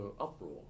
uproar